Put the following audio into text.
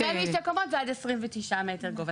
החל משתי קומות ועד 29 מטר גובה,